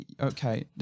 Okay